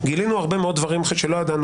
-- גילינו הרבה מאוד דברים שלא ידענו